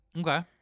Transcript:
Okay